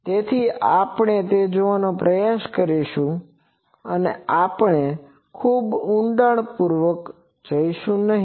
તેથી તે જોવાનો પ્રયાસ કરશુ અને આપણે તેમાં ખૂબ ઉંડાણપૂર્વક જઈશું નહીં